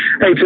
Hey